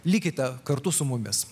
likite kartu su mumis